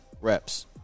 reps